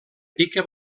pica